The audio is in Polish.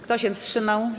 Kto się wstrzymał?